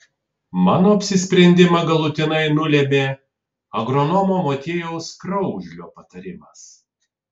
mano apsisprendimą galutinai nulėmė agronomo motiejaus kraužlio patarimas